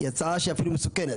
היא הצעה אפילו מסוכנת,